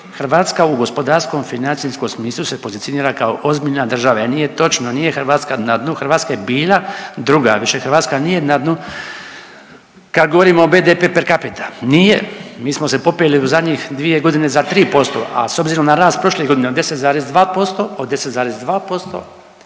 Hrvatska u gospodarskom, financijskom smislu se pozicionira kao ozbiljna država. Nije točno, nije Hrvatska na dnu, Hrvatska je bila druga, više Hrvatska nije na dnu kad govorimo o BDP per capita nije, mi smo se popeli u zadnji 2 godine za 3%, a s obzirom na rast prošle godine od 10,2%, od 10,2%